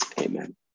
amen